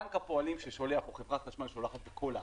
בנק הפועלים ששולח או חברת חשמל ששולחת בכל הארץ,